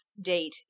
date